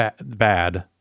bad